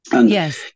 Yes